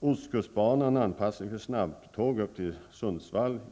och ostkustbanan med en anpassning för snabbtåg till Sundsvall.